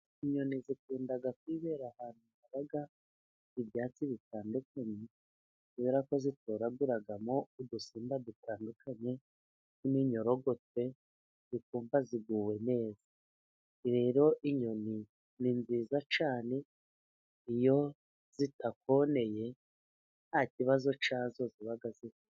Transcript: Inyoni zikunda kwibera ahantu haba ibyatsi bitandukanye, kubera ko zitoraguraramo udusimba dutandukanye nk'iminyorogote, zikumva ziguwe neza. Rero inyoni ni nziza cyane iyo zitakoneye, nta kibazo cyazo ziba zifite.